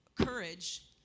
courage